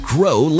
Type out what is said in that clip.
Grow